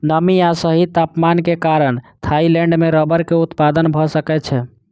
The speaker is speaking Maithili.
नमी आ सही तापमान के कारण थाईलैंड में रबड़ के उत्पादन भअ सकै छै